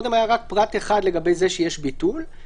לא כתוב שהוא קובע אם היא דנה או לא.